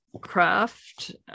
craft